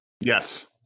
Yes